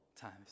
times